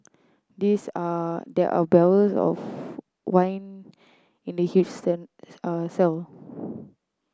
these are there are barrels of wine in the huge